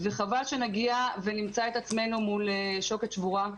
וחבל שנגיע ונמצא את עצמנו מול שוקת שבורה,